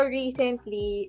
recently